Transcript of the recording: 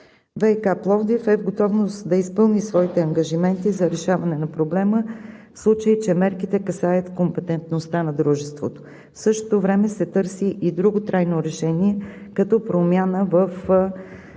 ВиК – Пловдив, е в готовност да изпълни своите ангажименти за решаване на проблема, в случай че мерките касаят компетентността на дружеството. В същото време се търси и друго трайно решение, като промяна във